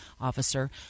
officer